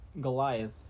Goliath